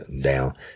down